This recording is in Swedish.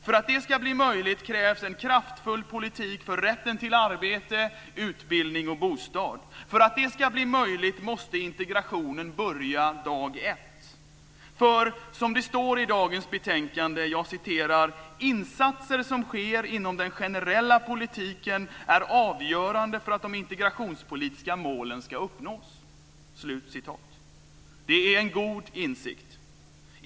För att det ska bli möjligt krävs en kraftfull politik för rätten till arbete, utbildning och bostad. För att det ska bli möjligt måste integrationen börja dag ett. I dagens betänkande står det: "Insatser som sker inom den generella politiken är avgörande för att de integrationspolitiska målen skall uppnås." Det är en god insikt.